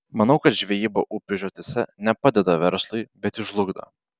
manau kad žvejyba upių žiotyse ne padeda verslui bet jį žlugdo